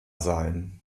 sein